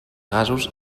gasos